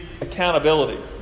accountability